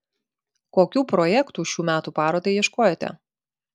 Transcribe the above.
kokių projektų šių metų parodai ieškojote